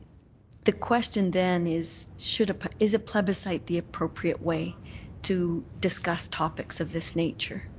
the question then is should but is a plebiscite the appropriate way to discuss topics of this nature?